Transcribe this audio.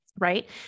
right